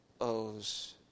owes